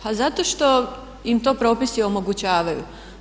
Pa zato što im to propisi omogućavaju.